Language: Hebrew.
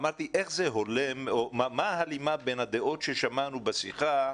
אמרתי, מה ההלימה בין הדעות ששמענו בשיחה,